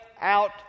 out